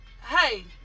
Hey